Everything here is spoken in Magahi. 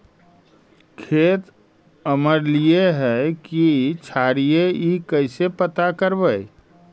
खेत अमलिए है कि क्षारिए इ कैसे पता करबै?